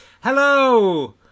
Hello